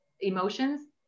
emotions